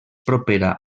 propera